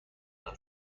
دار